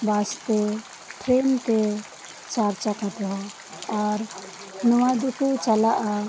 ᱵᱟᱥ ᱛᱮ ᱴᱨᱮᱱ ᱛᱮ ᱪᱟᱨ ᱪᱟᱠᱟ ᱛᱮᱦᱚᱸ ᱟᱨ ᱱᱚᱣᱟ ᱫᱚᱠᱚ ᱪᱟᱞᱟᱜᱼᱟ